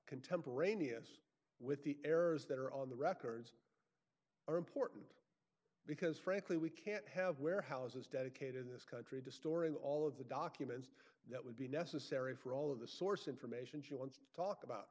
contemporaneous with the errors that are on the records are important because frankly we can't have warehouses dedicated in this country to storing all of the documents that would be necessary for all of the source information she wants to talk about